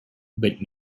but